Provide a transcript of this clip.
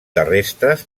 terrestres